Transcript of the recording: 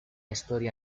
historia